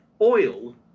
oil